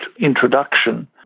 introduction